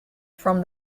from